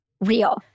real